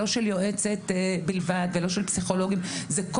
לא של יועצת בלבד ולא של פסיכולוגים - כל